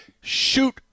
Shoot